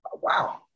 wow